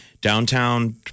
downtown